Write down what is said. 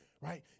right